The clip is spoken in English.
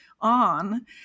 on